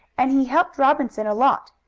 and he helped robinson a lot.